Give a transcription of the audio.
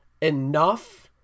enough